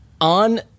On